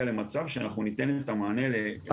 למצב שאנחנו ניתן את המענה לכל מי שמעוניין.